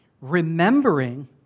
remembering